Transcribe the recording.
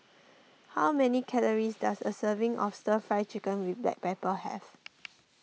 how many calories does a serving of Stir Fry Chicken with Black Pepper have